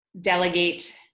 delegate